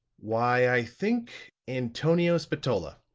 why, i think antonio spatola,